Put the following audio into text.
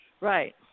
right